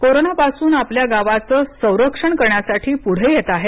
कोरोनापासून आपल्या गावाचं रक्षण करण्यासाठी पुढे येत आहेत